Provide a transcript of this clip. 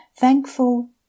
THANKFUL